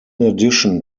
addition